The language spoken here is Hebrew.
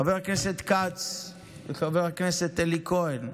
חבר הכנסת כץ וחבר הכנסת אלי כהן,